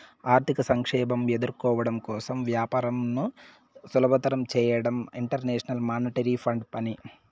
ఆర్థిక సంక్షోభం ఎదుర్కోవడం కోసం వ్యాపారంను సులభతరం చేయడం ఇంటర్నేషనల్ మానిటరీ ఫండ్ పని